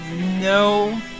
No